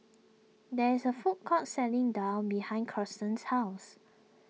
there is a food court selling Daal behind Kirsten's house